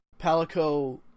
palico